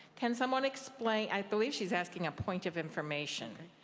can someone explain i believe she's asking a point of information.